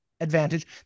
advantage